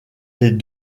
les